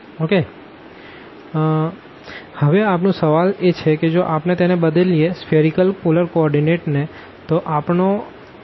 તો હવે આપણું સવાલ એ છે જો આપણે તેણે બદલીયે સ્ફીઅરીકલ પોલર કો ઓર્ડીનેટ ને તો આપણો rθϕ શું થશે